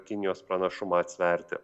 kinijos pranašumą atsverti